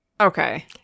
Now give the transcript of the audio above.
Okay